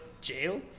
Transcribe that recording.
jail